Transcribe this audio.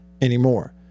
anymore